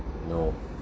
no